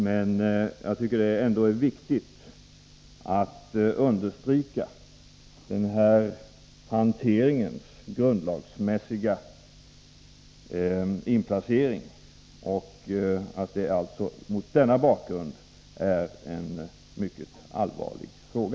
Men jag tycker att det är viktigt att understryka det här förfarandets grundlagsmässiga sammanhang, och jag anser att det mot denna bakgrund är en mycket allvarlig fråga.